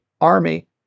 army